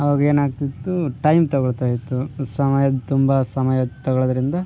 ಅವಾಗ ಏನಾಗ್ತಿತ್ತು ಟೈಮ್ ತಗೊಳ್ತಾಯಿತ್ತು ಸಮಯ ತುಂಬ ಸಮಯ ತಗೊಳೋದ್ರಿಂದ